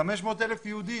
500,000 יהודים.